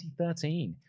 2013